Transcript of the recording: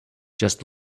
just